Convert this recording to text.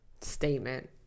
Statement